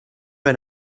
and